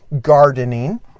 gardening